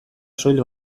soil